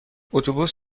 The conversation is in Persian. اتوبوس